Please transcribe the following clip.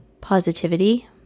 positivity